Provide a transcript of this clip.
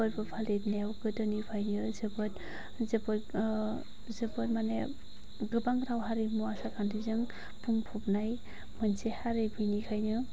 फोरबो फालिनायाव गोदोनिफ्रायनो जोबोद जोबोद जोबोद मानि गोबां राव हारिमु आसार खान्थिजों बुंफनाय मोनसे हारि बेनिखायनो